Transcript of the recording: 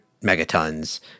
megatons